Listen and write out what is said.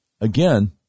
again